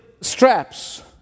straps